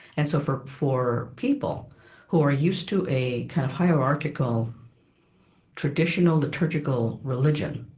and so for for people who are used to a kind of hierarchical traditional, liturgical religion,